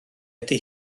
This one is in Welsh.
ydy